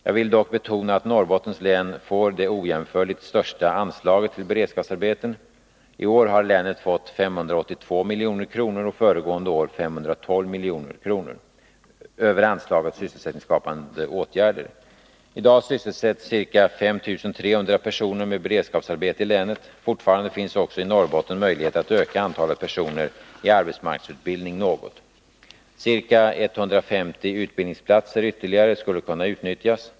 Jag vill dock betona att Norrbottens län får det ojämförligt största anslaget till beredskapsarbeten. I år har länet fått 582 milj.kr. och föregående år 512 milj.kr. över anslaget sysselsättningsskapande åtgärder. I dag sysselsätts ca 5300 personer med beredskapsarbete i länet. Fortfarande finns också i Norrbotten möjlighet att öka antalet personer i arbetsmarknadsutbildning något. Ca 150 utbildningsplatser ytterligare skulle kunna utnyttjas.